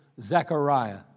Zechariah